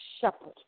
shepherd